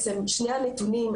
שני הנתונים,